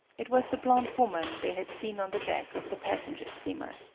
it was the blonde woman they had seen on the deck of the passenger-steamer.